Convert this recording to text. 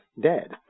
dead